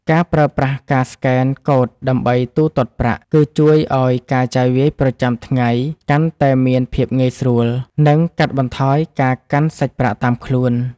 ការប្រើប្រាស់ការស្កេនកូដដើម្បីទូទាត់ប្រាក់ គឺ ជួយឱ្យការចាយវាយប្រចាំថ្ងៃកាន់តែមានភាពងាយស្រួល និង កាត់បន្ថយការកាន់សាច់ប្រាក់តាមខ្លួន។